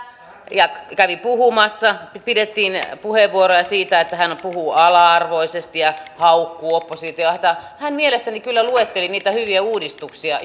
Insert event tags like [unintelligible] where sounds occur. ja kävi puhumassa pidettiin puheenvuoroja siitä että hän puhuu ala arvoisesti ja haukkuu oppositiota hän mielestäni kyllä luetteli niitä hyviä uudistuksia [unintelligible]